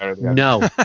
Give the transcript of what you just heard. No